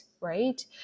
right